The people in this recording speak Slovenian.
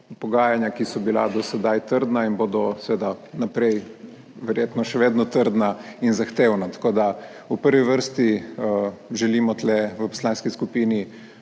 pogajanja, ki so bila do sedaj trdna in bodo seveda naprej verjetno še vedno trdna in zahtevna. Tako, da v prvi vrsti želimo tu v poslanski skupini